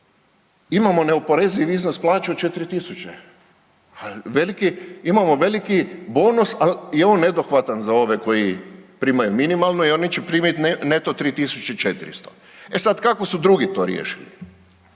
imamo neoporezivi iznos plaće od 4 tisuće. Imamo veliki bonus, ali je on nedohvatan za ove koji primaju minimalno i oni će primiti neto 3400. E sad, kako su drugi to riješili.